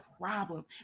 problem